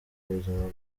ubuzima